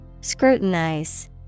scrutinize